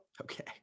Okay